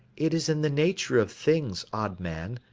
it is in the nature of things, odd man,